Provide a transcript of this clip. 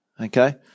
Okay